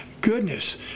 goodness